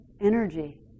energy